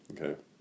Okay